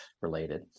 related